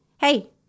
hey